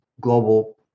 global